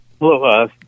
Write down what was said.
Hello